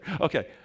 Okay